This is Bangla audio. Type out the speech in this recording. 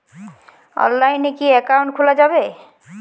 অনলাইনে কি অ্যাকাউন্ট খোলা যাবে?